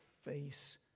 face